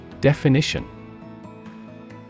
Definition